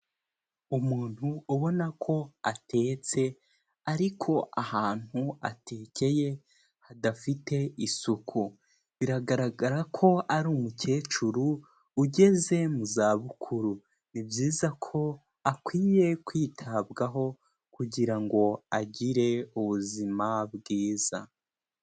Umuntu ubona ko atetse ariko ahantu atekeye hadafite isuku, biragaragara ko ari umukecuru ugeze mu zabukuru, ni byiza ko akwiye kwitabwaho kugira ngo agire ubuzima bwiza.